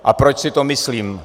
A proč si to myslím?